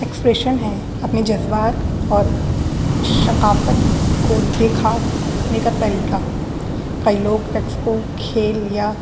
expression ہے اپنی جذبات اور ثقافت کو دکھانے کا طریقہ کئی لوگ رقص کو کھیل یا